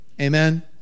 Amen